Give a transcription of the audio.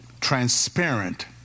transparent